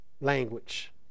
language